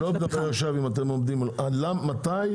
מתי,